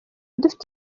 dufite